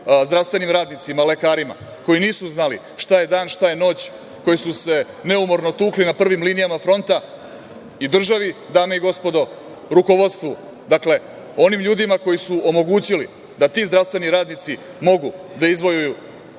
zdravstvenim radnicima, lekarima, koji nisu znali šta je dan, šta je noć, koji su se neumorno tukli na prvim linijama fronta i državi, dame i gospodo, rukovodstvu, dakle, onim ljudima koji su omogućili da ti zdravstveni radnici mogu da izvojevaju